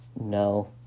No